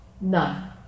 None